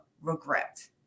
regret